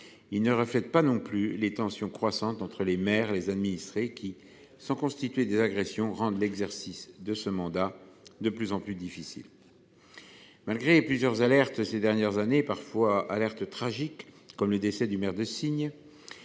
Il ne reflète pas non plus les tensions croissantes entre les maires et les administrés qui, même si elles ne constituent pas des agressions, rendent l’exercice du mandat de plus en plus difficile. Malgré plusieurs alertes ces dernières années, parfois tragiques – je pense notamment au décès du maire de Signes